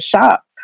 shop